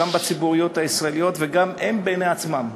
גם בציבוריות הישראלית וגם הם בעיני עצמם,